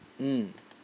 mm